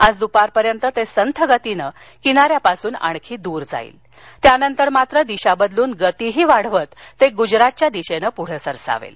आज द्पारपर्यंत ते संथ गतीनं किनाऱ्यापासून आणखी दूर जाईल त्यानंतर मात्र दिशा बदलून गतीही वाढवत ते गुजरातच्या दिशेनं पुढे सरसावेल